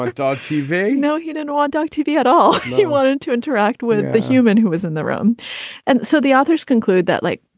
like tv no, he didn't want dog tv at all. he wanted to interact with the human who was in the room and so the authors conclude that like,